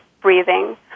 breathing